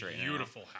Beautiful